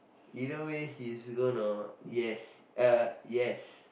either way he's gonna yes yes